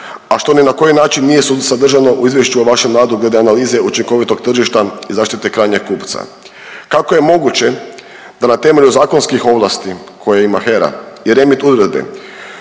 a što ni na koji način nije sadržano u izvješću o vašem radu glede analize učinkovitog tržišta i zaštite krajnjeg kupca. Kako je moguće da na temelju zakonskih ovlasti koje ima HERA i …/Govornik